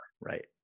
Right